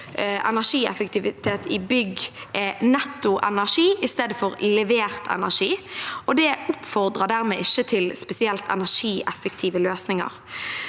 energieffektivitet i bygg er netto energi i stedet for levert energi. Det oppfordrer dermed ikke til spesielt energieffektive løsninger.